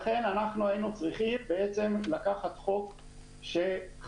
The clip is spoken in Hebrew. לכן אנחנו היינו צריכים בעצם לקחת חוק חדש